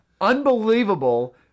Unbelievable